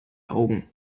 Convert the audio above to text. augen